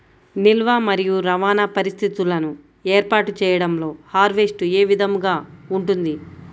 నిల్వ మరియు రవాణా పరిస్థితులను ఏర్పాటు చేయడంలో హార్వెస్ట్ ఏ విధముగా ఉంటుంది?